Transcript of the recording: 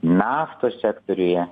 naftos sektoriuje